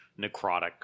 necrotic